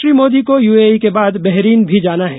श्री मोदी को यूएई के बाद बेहरीन भी जाना है